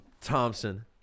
Thompson